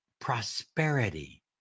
prosperity